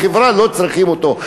החברה לא צריכה אותו.